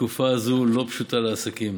התקופה הזאת לא פשוטה לעסקים,